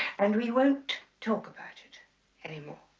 and we won't talk about it anymore.